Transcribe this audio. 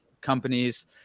Companies